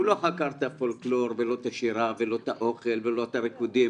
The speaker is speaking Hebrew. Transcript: הוא לא חקר את הפולקלור ולא את השירה ולא את האוכל ולא את הריקודים,